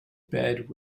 bed